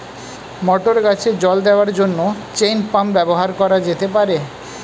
মটর গাছে জল দেওয়ার জন্য চেইন পাম্প ব্যবহার করা যেতে পার?